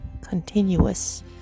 continuous